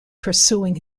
pursuing